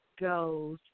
goes